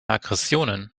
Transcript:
aggressionen